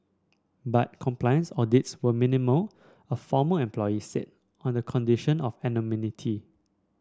but compliance audits were minimal a former employee said on the condition of anonymity